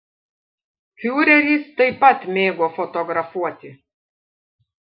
fiureris taip pat mėgo fotografuoti